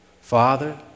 Father